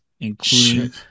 including